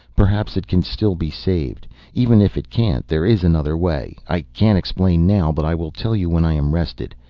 perhaps it can still be saved. even if it can't there is another way. i can't explain now, but i will tell you when i am rested.